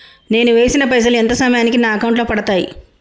నేను వేసిన పైసలు ఎంత సమయానికి నా అకౌంట్ లో పడతాయి?